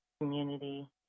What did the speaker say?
community